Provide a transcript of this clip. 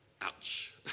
ouch